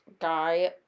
guy